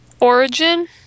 Origin